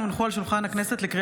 מאת חברי הכנסת אופיר